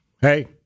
hey